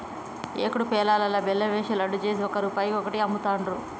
ఏకుడు పేలాలల్లా బెల్లం ఏషి లడ్డు చేసి ఒక్క రూపాయికి ఒక్కటి అమ్ముతాండ్రు